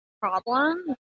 problem